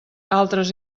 altres